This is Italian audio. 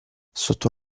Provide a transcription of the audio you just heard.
sotto